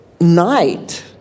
night